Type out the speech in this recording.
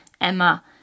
Emma